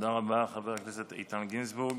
תודה רבה, חבר הכנסת איתן גינזבורג.